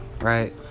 right